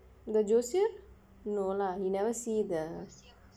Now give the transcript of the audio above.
the ஜோசியர்:joosiyar no lah you never see the